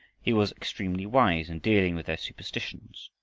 he was extremely wise in dealing with their superstitions.